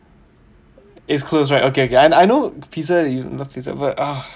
is close right okay okay I know pizza you love pizza but ugh